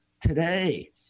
today